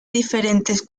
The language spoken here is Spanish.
diferentes